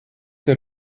der